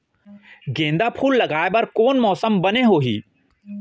गेंदा फूल लगाए बर कोन मौसम बने होही?